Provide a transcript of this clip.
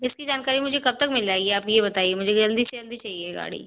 इसकी जानकारी मुझे कब तक मिल जाएगी आप यह बताइए मुझे जल्दी से जल्दी चाहिए गाड़ी